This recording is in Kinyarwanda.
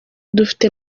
dufite